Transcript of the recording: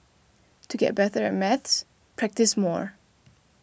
to get better at maths practise more